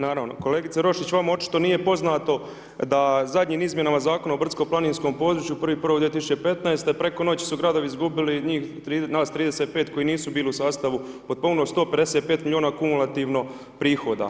Naravno, kolegice Roščić vama očito nije poznato da zadnjim Izmjenama zakona o brdsko-planinskom području 1.1.2015. preko noći su gradovi izgubili nas 35 koji nisu bili u sastavu potpomognuto 155 milijuna kumulativno prihoda.